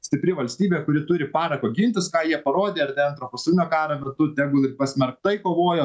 stipri valstybė kuri turi parako gintis ką jie parodė ar ne antro pasaulinio karo metu tegul ir pasmerktai kovojo